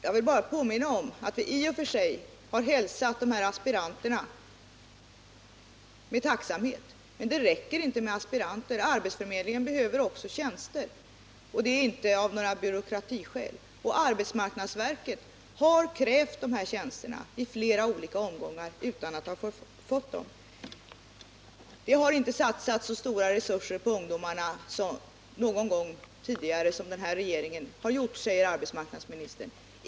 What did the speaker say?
Jag vill bara påminna om att vi hälsade beslutet om aspiranterna med tacksamhet. Men det räcker inte med aspiranter. Arbetsförmedlingen behöver också tjänster, och detta inte av några byråkratiskäl. Arbetsmarknadsverket har i flera omgångar krävt de här tjänsterna utan att ha fått dem. Det har inte någon gång tidigare satsats så stora resurser på ungdomarna som under den här regeringens tid, säger arbetsmarknadsministern.